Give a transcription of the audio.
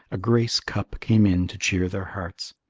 a grace cup came in to cheer their hearts,